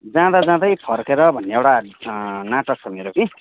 जाँदा जाँदै फर्केर भन्ने एउटा नाटक छ मेरो कि